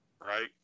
right